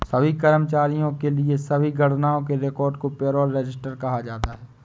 सभी कर्मचारियों के लिए सभी गणनाओं के रिकॉर्ड को पेरोल रजिस्टर कहा जाता है